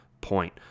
point